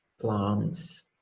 plants